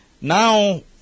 Now